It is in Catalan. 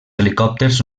helicòpters